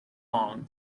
long